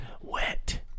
wet